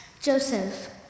Joseph